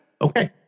Okay